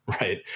Right